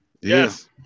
Yes